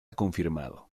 confirmado